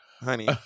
honey